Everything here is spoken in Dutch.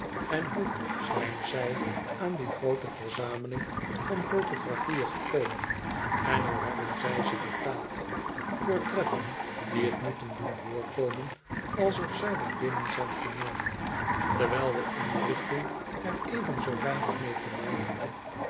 en hoe zijn zij aan die groote verzameling van photographieën gekomen en hoe hebben zii ze betaald portretten die t moeten doen voorkomen alsof zij daar binnen zijn genomen terwijl de inrichting er even zoo weinig inee te maken had